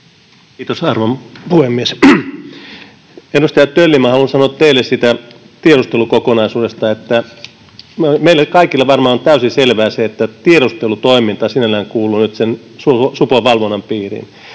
Content: Arvon puhemies! Edustaja Tölli, minä haluan sanoa teille siitä tiedustelukokonaisuudesta, että meille kaikille varmaan on täysin selvää se, että tiedustelutoiminta sinällään kuuluu nyt supon valvonnan piiriin,